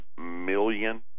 million